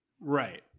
Right